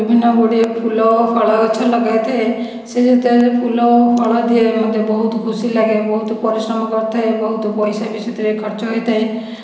ବିଭିନ୍ନଗୁଡ଼ିଏ ଫୁଲ ଓ ଫଳ ଗଛ ଲଗାଇଥାଏ ସେ ଯେତେବେଳେ ଫୁଲ ଓ ଫଳ ଦିଏ ମୋତେ ବହୁତ ଖୁସି ଲାଗେ ବହୁତ ପରିଶ୍ରମ କରିଥାଏ ବହୁତ ପଇସା ବି ସେଥିରେ ଖର୍ଚ୍ଚ ହୋଇଥାଏ